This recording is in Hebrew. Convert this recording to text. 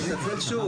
אני מתנצל שוב.